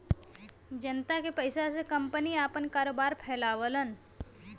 जनता के पइसा से कंपनी आपन कारोबार फैलावलन